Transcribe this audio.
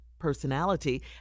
personality